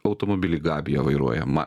automobilį gabija vairuojama